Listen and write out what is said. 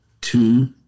Two